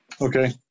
Okay